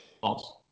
False